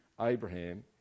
Abraham